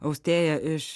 austėja iš